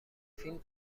فیلم